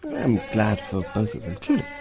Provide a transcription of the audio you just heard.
am glad for both of them, truly.